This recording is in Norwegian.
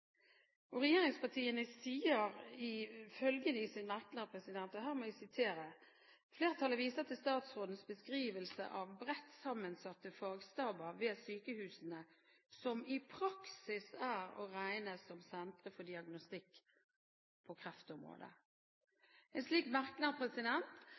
kreftformer. Regjeringspartiene sier følgende i sine merknader: «Flertallet viser til statsrådens beskrivelse av bredt sammensatte fagstaber ved sykehusene som i praksis er å regne som sentre for diagnostikk på